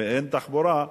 ואין תחבורה.